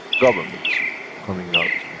governments coming out,